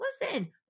Listen